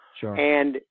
Sure